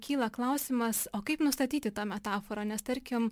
kyla klausimas o kaip nustatyti tą metaforą nes tarkim